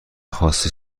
خواستی